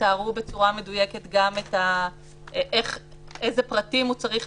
יתארו בצורה מדויקת גם איזה פרטים הוא צריך